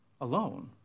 alone